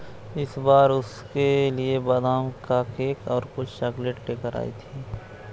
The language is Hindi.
इस बार वह उसके लिए बादाम का केक और कुछ चॉकलेट लेकर आई थी